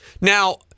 now